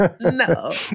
No